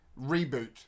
reboot